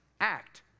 act